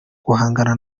guhangana